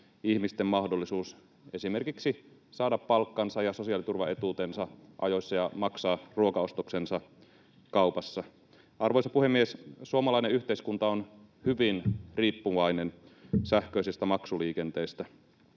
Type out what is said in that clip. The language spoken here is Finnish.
ihmisten mahdollisuus saada esimerkiksi palkkansa ja sosiaaliturvaetuutensa ajoissa ja maksaa ruokaostoksensa kaupassa. Arvoisa puhemies! Suomalainen yhteiskunta on hyvin riippuvainen sähköisestä maksuliikenteestä.